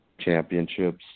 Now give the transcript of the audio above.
championships